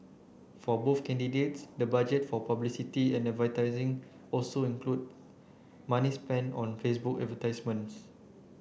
for both candidates the budget for publicity and advertising also included money spent on Facebook advertisements